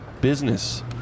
business